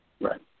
Right